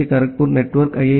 D Kharagpur network I